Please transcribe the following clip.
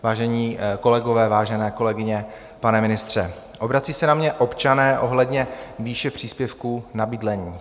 Vážení kolegové, vážené kolegyně, pane ministře, obrací se na mě občané ohledně výše příspěvků na bydlení.